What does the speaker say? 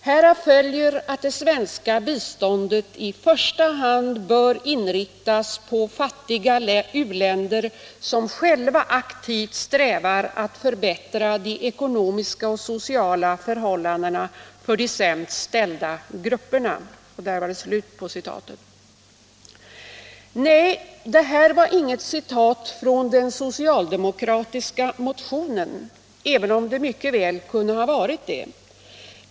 —---” ”Härav följer att det svenska biståndet i första hand bör inriktas på fattiga u-länder som själva aktivt strävar att förbättra de ekonomiska och sociala förhållandena för de sämst ställda grupperna”. Nej, det här var inget citat från den socialdemokratiska motionen — även om det mycket väl kunde ha varit det.